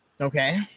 Okay